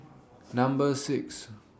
Number six